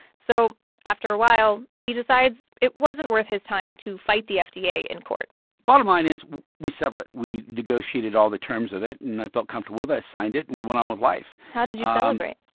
so after a while, he decides it wasn't worth his time to fight the fda yeah in court bottom line is we settle it. we negotiated all the terms of it, and i felt comfortable with it. i signed it, and we went on with life how did you celebrate?